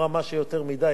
אמרה: מה שיותר מדי,